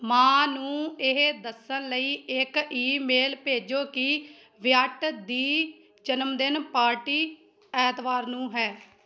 ਮਾਂ ਨੂੰ ਇਹ ਦੱਸਣ ਲਈ ਇੱਕ ਈਮੇਲ ਭੇਜੋ ਕਿ ਵਿਅਟ ਦੀ ਜਨਮਦਿਨ ਪਾਰਟੀ ਐਤਵਾਰ ਨੂੰ ਹੈ